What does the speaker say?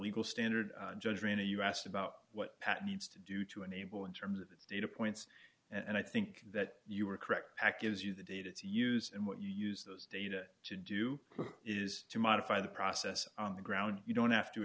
legal standard you asked about what pat needs to do to enable in terms of the data points and i think that you are correct pack is you the data is used and what you use those data to do is to modify the process on the ground you don't have to